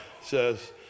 says